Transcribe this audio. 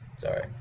sorry